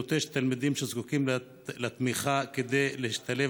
נוטש תלמידים שזקוקים לתמיכה כדי להשתלב